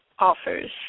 offers